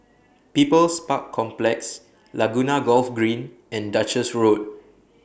People's Park Complex Laguna Golf Green and Duchess Road